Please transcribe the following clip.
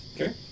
Okay